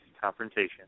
confrontation